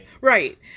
Right